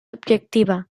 objectiva